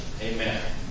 Amen